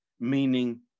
meaning